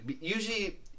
usually